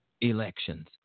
elections